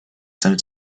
sem